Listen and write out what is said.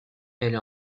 elle